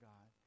God